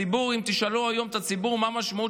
אם תשאלו היום את הציבור מה המשמעות